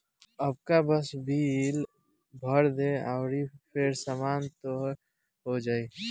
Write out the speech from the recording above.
अबका बस बिल भर द अउरी फेर सामान तोर हो जाइ